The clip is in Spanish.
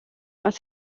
más